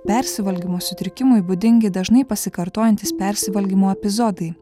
persivalgymo sutrikimui būdingi dažnai pasikartojantys persivalgymo epizodai